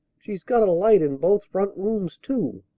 she's got a light in both front rooms, too.